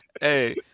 Hey